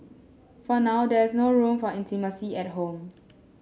for now there is no room for intimacy at home